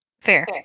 Fair